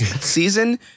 season